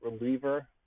reliever